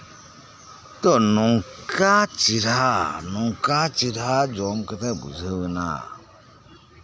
ᱛᱚ ᱱᱚᱝᱠᱟ ᱪᱮᱨᱦᱟ ᱱᱚᱝᱠᱟ ᱪᱮᱨᱦᱟ ᱡᱚᱢ ᱠᱟᱛᱮᱜ ᱵᱩᱡᱷᱟᱹᱣᱱᱟ